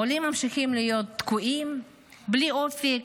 העולים ממשיכים להיות תקועים בלי אופק,